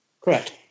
Correct